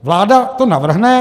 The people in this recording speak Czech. Vláda to navrhne.